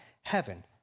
heaven